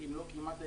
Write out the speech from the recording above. אם לא כמעט היחידי,